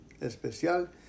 especial